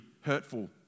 hurtful